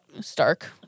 Stark